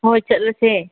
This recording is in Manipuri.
ꯍꯣꯏ ꯆꯠꯂꯁꯦ